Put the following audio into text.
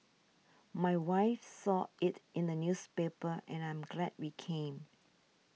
my wife saw it in the newspaper and I'm glad we came